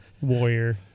warrior